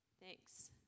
Thanks